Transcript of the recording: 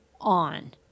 on